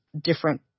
different